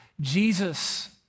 Jesus